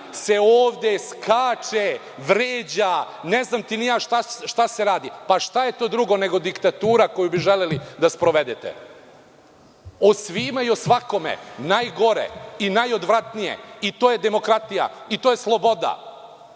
se skače, vređa, ne znam ni ja šta se radi. Šta je to drugo nego diktatura koju bi želeli da sprovedete. O svima i o svakome najgore i najodvratnije i to je demokratija i to je sloboda,